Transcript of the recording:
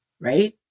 right